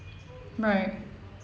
right